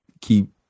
keep